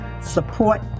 Support